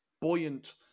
buoyant